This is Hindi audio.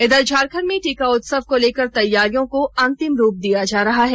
इधर झारखंड में टीका उत्सव को लेकर तैयारियों को अंतिम रूप दिया जा रहा है